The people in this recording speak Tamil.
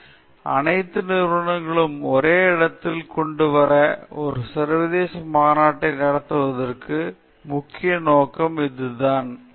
சங்கரன் அனைத்து நிபுணர்களையும் ஒரே இடத்திலேயே கொண்டு வர ஒரு சர்வதேச மாநாட்டை நடத்துவதற்கான முக்கிய நோக்கம் இதுதான் இல்லாவிட்டால் அவர்களை சந்திக்க வாய்ப்பு உங்களுக்கு இல்லை